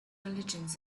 religions